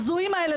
ההזויים האלה.